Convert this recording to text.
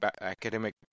academic